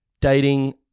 dating